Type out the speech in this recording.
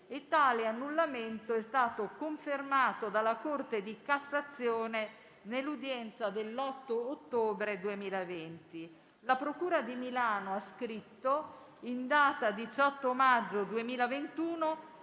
e tale annullamento è stato confermato dalla Corte di cassazione nell'udienza dell'8 ottobre 2020. La procura di Milano ha scritto in data 18 maggio 2021,